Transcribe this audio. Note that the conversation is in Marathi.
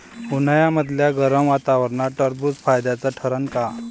उन्हाळ्यामदल्या गरम वातावरनात टरबुज फायद्याचं ठरन का?